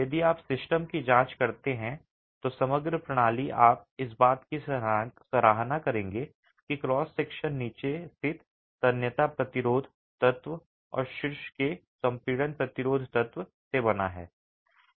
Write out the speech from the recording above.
यदि आप सिस्टम की जांच करते हैं तो समग्र प्रणाली आप इस बात की सराहना करेंगे कि क्रॉस सेक्शन नीचे स्थित तन्यता प्रतिरोध तत्व और शीर्ष के संपीड़न प्रतिरोध तत्व से बना है